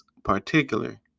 particular